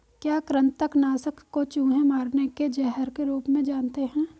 क्या कृतंक नाशक को चूहे मारने के जहर के रूप में जानते हैं?